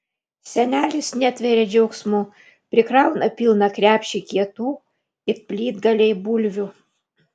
senelis netveria džiaugsmu prikrauna pilną krepšį kietų it plytgaliai bulvių